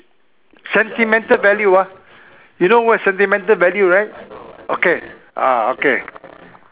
sentimental value ah you know what is sentimental value right okay ah okay